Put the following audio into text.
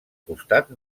costat